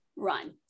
run